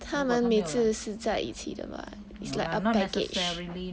他们每次是在一起的 [what] it's like a package